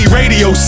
radio